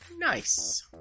Nice